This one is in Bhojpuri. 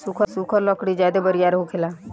सुखल लकड़ी ज्यादे बरियार होखेला